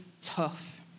tough